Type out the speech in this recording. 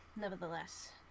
nevertheless